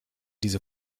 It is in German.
diese